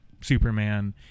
Superman